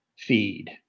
feed